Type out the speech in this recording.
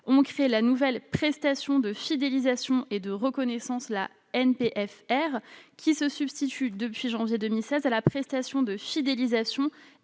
ont créé la nouvelle prestation de fidélisation et de reconnaissance, la NPFR, qui se substitue, depuis janvier 2016, à la prestation de fidélisation